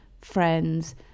friends